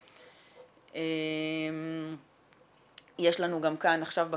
אם זה רוקח קליני מתוך הקופה,